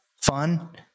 fun